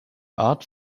art